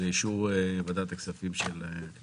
שעומדות לאישורה של ועדת הכספים של הכנסת.